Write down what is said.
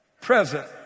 present